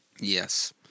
Yes